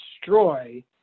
destroy